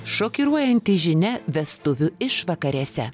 šokiruojanti žinia vestuvių išvakarėse